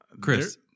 Chris